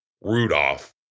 Rudolph